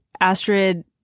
Astrid